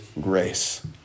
grace